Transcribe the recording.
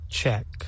check